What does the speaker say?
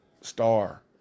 star